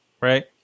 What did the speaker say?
Right